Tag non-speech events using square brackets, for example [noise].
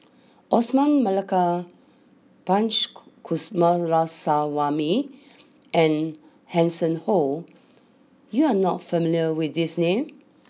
Osman Merican Punch [unintelligible] Coomaraswamy and Hanson Ho you are not familiar with these names